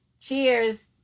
cheers